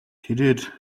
тэрээр